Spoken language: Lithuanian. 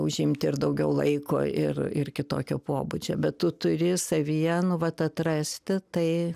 užimti ir daugiau laiko ir ir kitokio pobūdžio bet tu turi savyje nu vat atrasti tai